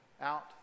out